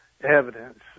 evidence